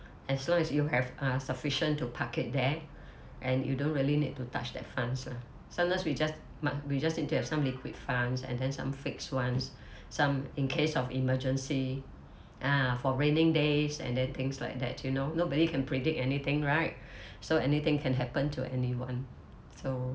as long as you have uh sufficient to park it there and you don't really need to touch that funds lah sometimes we just m~ we just need to have some liquid funds and then some fixed ones some in case of emergency ah for raining days and then things like that you know nobody can predict anything right so anything can happen to anyone so